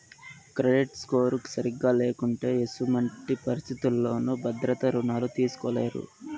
credit score సరిగా లేకుంటే ఎసుమంటి పరిస్థితుల్లోనూ భద్రత రుణాలు తీస్కోలేరు